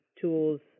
tools